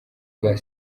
bwa